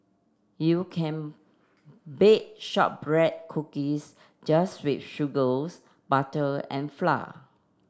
you can bake shortbread cookies just with sugar butter and flour